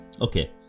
Okay